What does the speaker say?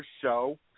show